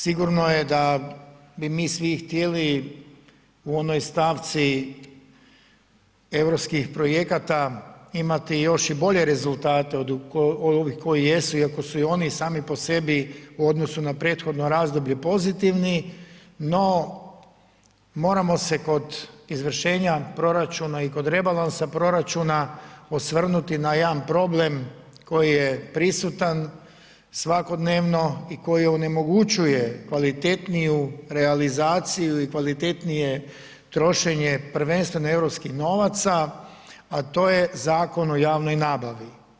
Sigurno je da bi mi svi htjeli u onoj stavci europskih projekata imati još i bolje rezultate od ovih koji jesu iako su i oni sami po sebi u odnosu na prethodno razdoblje pozitivni, no moramo se kod izvršenja proračuna i kod rebalansa proračuna, osvrnuti na jedan problem koji je prisutan svakodnevno i koji onemogućuje kvalitetniju realizaciju i kvalitetnije trošenje prvenstveno europskih novaca a to je Zakon o javnoj nabavi.